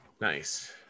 Nice